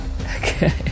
Okay